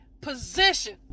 position